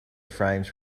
frames